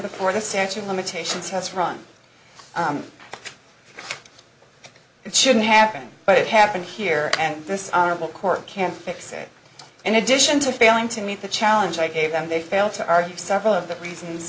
before this actually limitations has run it shouldn't happen but it happened here and this honorable court can fix it in addition to failing to meet the challenge i gave them they fail to argue several of the reasons